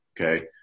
Okay